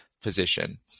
position